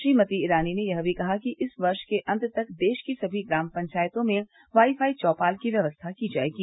श्रीमती ईरानी ने यह भी कहा कि इस वर्ष के अन्त तक देश की समी ग्राम पंचायतों में वाईफाई चौपाल की व्यवस्था की जायेगी